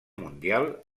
mundial